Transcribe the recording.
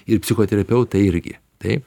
ir psichoterapeutai irgi taip